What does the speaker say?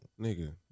Nigga